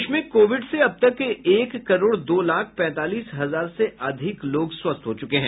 देश में कोविड से अब तक एक करोड दो लाख पैंतालीस हजार से अधिक लोग स्वस्थ हो चुके हैं